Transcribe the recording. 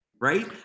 right